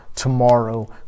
tomorrow